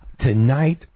Tonight